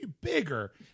bigger